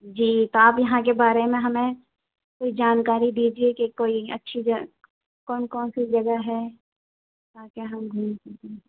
جی تو آپ یہاں کے بارے میں ہمیں کوئی جانکاری دیجیے کہ کوئی اچھی کون کون سی جگہ ہے تاکہ ہم گھوم سکیں